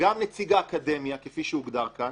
שגם נציג האקדמיה כפי שהוגדר כאן